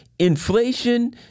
Inflation